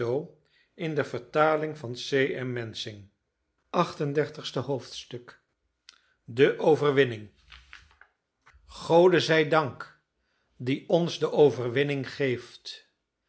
acht en dertigste hoofdstuk de overwinning gode zij dank die ons de overwinning geeft